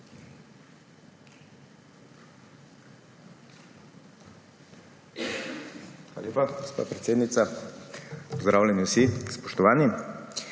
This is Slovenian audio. Hvala lepa, gospa predsednica. Pozdravljeni vsi. Spoštovani!